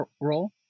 role